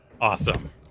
Awesome